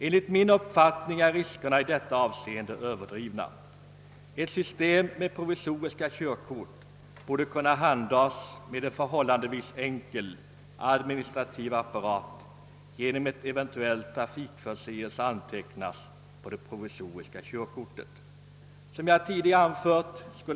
Enligt min mening är de riskerna avsevärt överdrivna. Ett system med provisoriska körkort borde kunna tillämpas med en förhållandevis enkel administrativ apparat genom att begångna trafikförseelser antecknas på det provisoriska körkortet.